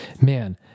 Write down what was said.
man